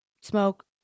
smoke